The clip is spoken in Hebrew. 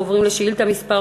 אנחנו עוברים לשאילתה מס'